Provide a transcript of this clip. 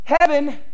heaven